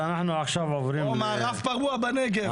או מערב פרוע בנגב.